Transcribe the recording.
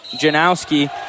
Janowski